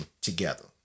together